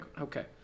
okay